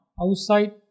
outside